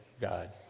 God